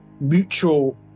mutual